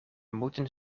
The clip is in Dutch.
moeten